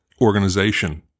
organization